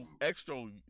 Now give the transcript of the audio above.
extra